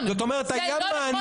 זה לא נכון, צביקה.